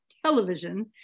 television